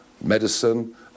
medicine